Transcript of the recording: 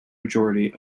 majority